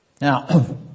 Now